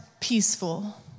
peaceful